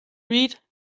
read